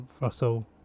Russell